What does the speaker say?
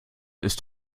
ist